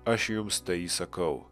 aš jums tai įsakau